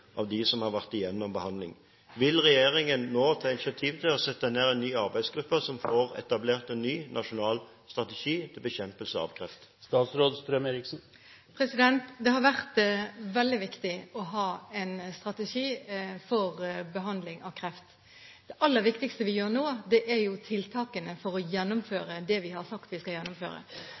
av dem som har vært igjennom behandling. Vil regjeringen nå ta initiativ til å sette ned en ny arbeidsgruppe som får etablert en ny nasjonal strategi til bekjempelse av kreft? Det har vært veldig viktig å ha en strategi for behandling av kreft. Det aller viktigste vi gjør nå, er tiltakene for å gjennomføre det vi har sagt vi skal gjennomføre.